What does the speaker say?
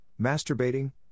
masturbating